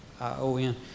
I-O-N